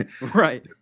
right